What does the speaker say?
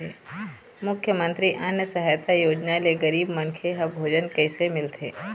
मुख्यमंतरी अन्न सहायता योजना ले गरीब मनखे ह भोजन कइसे मिलथे?